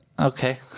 Okay